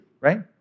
right